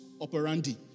operandi